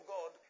God